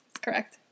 correct